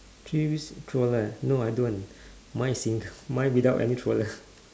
three wheels stroller no I don't mine is sin~ mine without any stroller